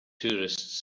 tourists